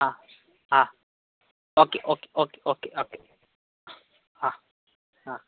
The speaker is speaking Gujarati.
હા હા okay okay okay okay okay હા હા